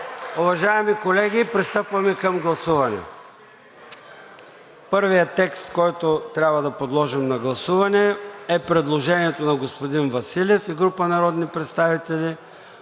Уважаеми колеги, пристъпваме към гласуване. Първият текст, който трябва да подложим на гласуване, е предложението на господин Василев и група народни представители